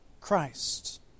Christ